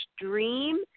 dream